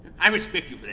i respect you